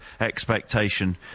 expectation